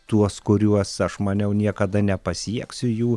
tuos kuriuos aš maniau niekada nepasieksiu jų